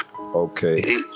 okay